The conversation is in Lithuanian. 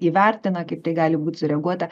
įvertina kaip į tai gali būt sureaguota